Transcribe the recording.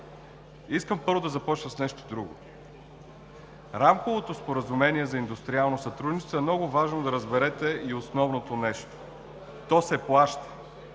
Искам първо да започна с нещо друго: Рамковото споразумение за индустриално сътрудничество, много важно да разберете основното нещо, то се плаща.